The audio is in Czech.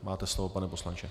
Máte slovo, pane poslanče.